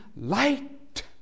light